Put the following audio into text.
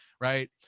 right